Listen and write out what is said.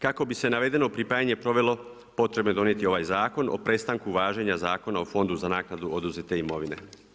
Kako bi se navedeno pripajanje provelo, potrebno je donijeti ovaj zakon o prestanku važenja Zakona o fondu za naknadnu oduzete imovine.